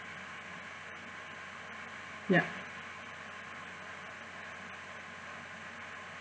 yup